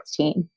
2016